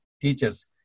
teachers